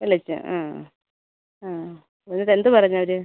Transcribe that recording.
വിളിച്ചു ആ ആ എന്നിട്ട് എന്ത് പറഞ്ഞു അവർ